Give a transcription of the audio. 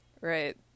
Right